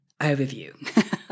overview